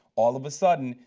all of a sudden,